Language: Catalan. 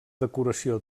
decoració